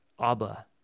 Abba